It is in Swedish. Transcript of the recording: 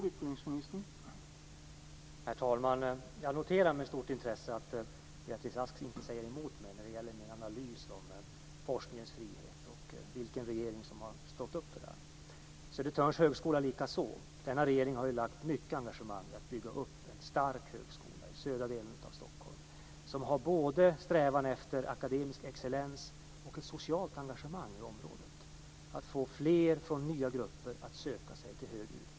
Herr talman! Jag noterar med stort intresse att Beatrice Ask inte säger emot mig när det gäller min analys av forskningens frihet och vilken regering som har stått upp för den. Det gäller även Södertörns högskola. Denna regering har lagt mycket engagemang på att bygga upp en stark högskola i södra delen av Stockholm som både strävar efter akademisk excellens och har socialt engagemang i området. Man vill få fler från nya grupper att söka sig till högre utbildning.